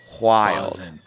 wild